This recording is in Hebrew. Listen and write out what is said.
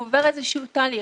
הוא עובר איזה שהוא תהליך,